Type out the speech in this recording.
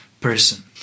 person